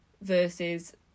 versus